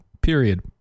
period